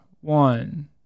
One